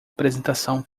apresentação